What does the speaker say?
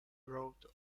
wrote